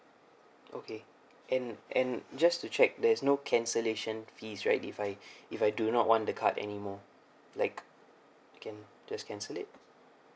okay and and just to check there's no cancellation fees right if I if I do not want the card anymore like can just cancel it